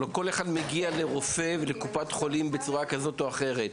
הרי כל אחד מגיע לקופת חולים ולרופא בצורה כזאת או אחרת.